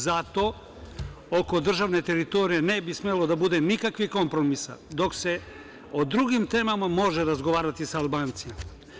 Zato oko državne teritorije ne bi smelo da bude nikakvih kompromisa dok se o drugim temama može razgovarati sa Albancima.